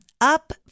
Up